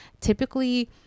typically